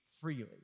Freely